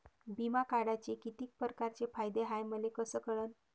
बिमा काढाचे कितीक परकारचे फायदे हाय मले कस कळन?